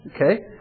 Okay